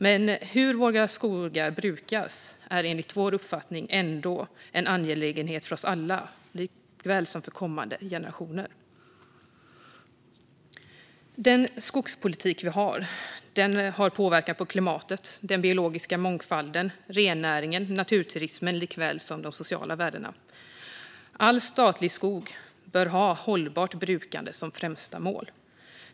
Men hur våra skogar brukas är enligt vår uppfattning ändå en angelägenhet för oss alla liksom för kommande generationer. Den skogspolitik vi har påverkar klimatet, den biologiska mångfalden, rennäringen, naturturismen och de sociala värdena. All statlig skog bör ha hållbart brukande som främsta mål.